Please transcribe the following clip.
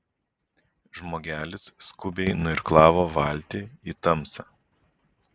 žmogelis skubiai nuirklavo valtį į tamsą